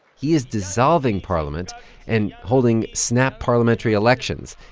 he is dissolving parliament and holding snap parliamentary elections.